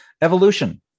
Evolution